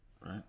right